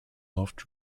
loft